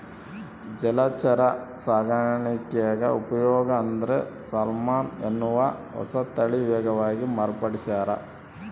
ಜಲಚರ ಸಾಕಾಣಿಕ್ಯಾಗ ಉಪಯೋಗ ಅಂದ್ರೆ ಸಾಲ್ಮನ್ ಎನ್ನುವ ಹೊಸತಳಿ ವೇಗವಾಗಿ ಮಾರ್ಪಡಿಸ್ಯಾರ